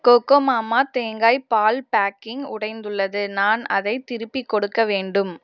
Cocomama தேங்காய் பால் packing உடைந்துள்ளது நான் அதைத் திருப்பிக் கொடுக்க வேண்டும்